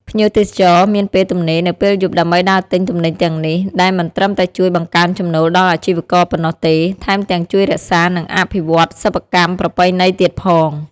ភ្ញៀវទេសចរមានពេលទំនេរនៅពេលយប់ដើម្បីដើរទិញទំនិញទាំងនេះ ដែលមិនត្រឹមតែជួយបង្កើនចំណូលដល់អាជីវករប៉ុណ្ណោះទេ ថែមទាំងជួយរក្សា និងអភិវឌ្ឍសិប្បកម្មប្រពៃណីទៀតផង។